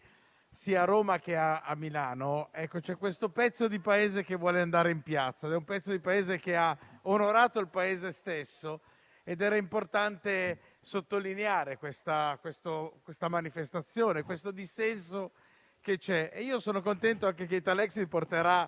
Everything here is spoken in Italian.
a Roma e a Milano: c'è un pezzo di Paese che vuole andare in piazza. È un pezzo di Paese che ha onorato il Paese stesso ed è importante sottolineare questa manifestazione e questo dissenso che c'è. Sono contento anche del fatto che Italexit porterà